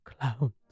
Clowns